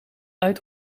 uit